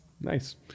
Nice